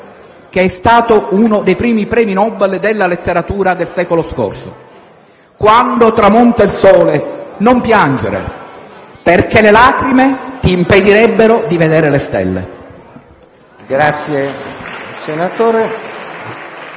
che è stato uno dei primi premi Nobel della letteratura del secolo scorso: «Quando tramonta il sole non piangere, perché le lacrime ti impedirebbero di vedere le stelle». *(Applausi